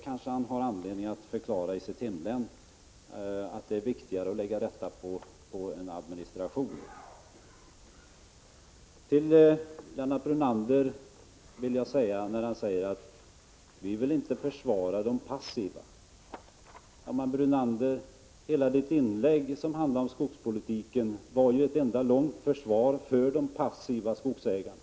Han har nog anledning att förklara i sitt hemlän varför det är viktigare att lägga pengar på en administration. Lennart Brunander säger att han inte vill försvara de passiva. Men hans inlägg om skogspolitiken var ju ett enda långt försvar för de passiva skogsägarna!